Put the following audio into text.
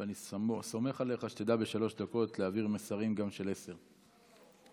ואני סומך עליך שבשלוש דקות תדע גם להעביר מסרים של עשר דקות.